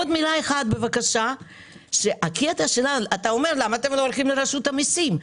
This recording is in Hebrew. אתה שואל למה אנחנו לא הולכים לרשות המיסים.